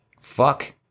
fuck